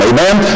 Amen